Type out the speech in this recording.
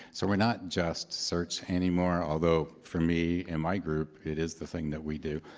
so we're not just search anymore, although for me and my group, it is the thing that we do.